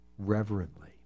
reverently